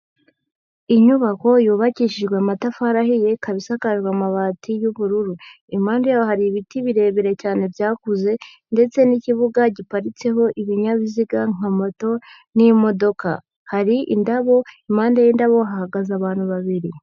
Inyubako yubakishijwe amatafari ahiye, ikaba isakajwe amabati y'ubururu. Impande yaho hari ibiti birebire cyane byakuze, ndetse n'ikibuga giparitseho ibinyabiziga nka moto n'imodoka. Hari indabo, impande y'indabo hahagaze abantu babiri.